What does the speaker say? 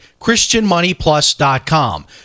christianmoneyplus.com